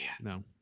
No